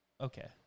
Okay